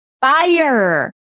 fire